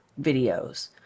videos